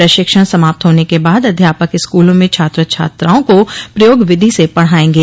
प्रशिक्षण समाप्त होने के बाद अध्यापक स्कूलों में छात्र छात्राओं को प्रयोग विधि से पढ़ाएंगे